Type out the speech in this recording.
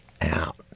out